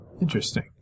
Interesting